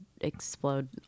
explode